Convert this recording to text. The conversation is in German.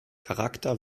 charakter